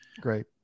great